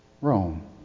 Rome